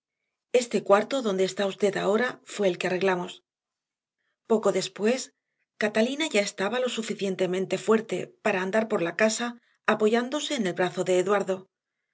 este cuarto donde está ahora usted fue el que arreglamos poco después catalina ya estaba lo suficientemente fuerte para andar por la casa apoyándose en el brazo de eduardo